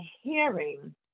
hearing